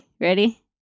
Ready